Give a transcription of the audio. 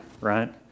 right